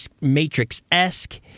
Matrix-esque